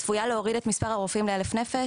צפויה להוריד את מספר הרופאים לאלף נפש,